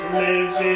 lives